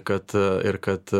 kad ir kad